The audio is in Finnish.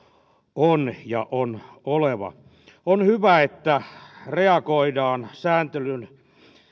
on ja on oleva on hyvä että reagoidaan sääntelyn